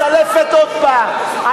את מסלפת עוד פעם.